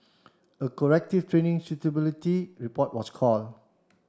a corrective training suitability report was called